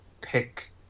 pick